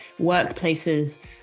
workplaces